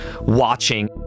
watching